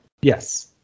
yes